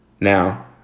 Now